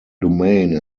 domain